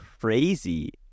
crazy